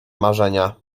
marzenia